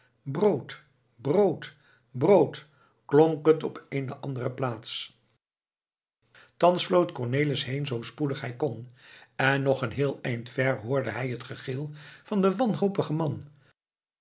brood brood brood klonk het op eene andere plaats thans vlood cornelis heen zoo spoedig hij kon en nog een heel eind ver hoorde hij het gegil van den wanhopigen man